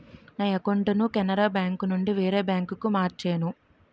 నా అకౌంటును కెనరా బేంకునుండి వేరే బాంకుకు మార్చేను